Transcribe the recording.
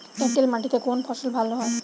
এঁটেল মাটিতে কোন ফসল ভালো হয়?